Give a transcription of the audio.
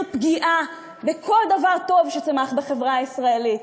פגיעה בכל דבר טוב שצמח בחברה הישראלית,